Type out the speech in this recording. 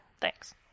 Thanks